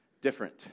different